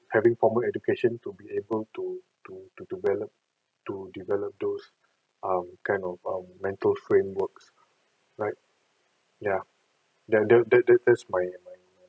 having formal education to be able to to to develop to develop those um kind of our mental frameworks right ya that that that that's my my